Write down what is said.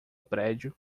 prédio